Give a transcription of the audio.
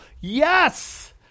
Yes